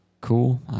Cool